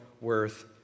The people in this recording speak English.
worth